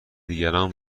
دیگران